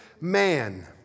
man